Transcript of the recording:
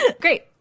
Great